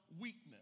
weakness